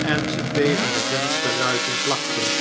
en ze tegen de vensterruiten plakte